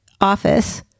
office